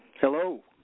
hello